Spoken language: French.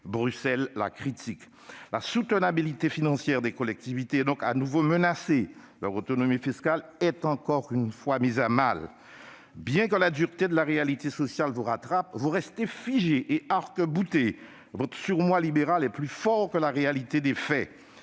Bruxelles la critique. La soutenabilité financière des collectivités est donc de nouveau menacée ; leur autonomie fiscale est une fois encore mise à mal. Bien que la dureté de la réalité sociale vous rattrape, vous restez figés et arc-boutés. Votre surmoi libéral est plus fort que la réalité des faits.